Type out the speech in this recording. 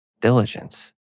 diligence